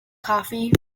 coffee